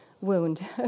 wound